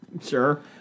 Sure